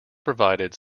provided